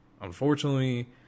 Unfortunately